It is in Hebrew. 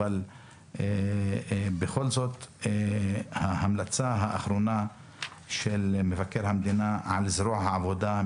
אבל בכל זאת ההמלצה האחרונה של מבקר המדינה היא: "על זרוע העבודה,